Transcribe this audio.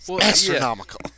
Astronomical